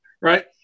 right